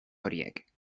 horiek